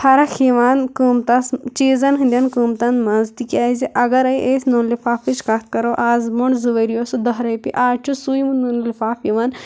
فرق یِوان قۭمتس چیٖزن ہِنٛدٮ۪ن قۭمتن منٛز تِکیٛازِ اگرے أسۍ نونہٕ لِفافٕچ کَتھ کَرو آز بوںٹھ زٕ ؤری اوس سُہ دَہ رۄپیہِ آز چھُ سُے نونہٕ لِفاف یِوان